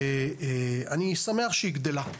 ואני שמח שהיא גדלה.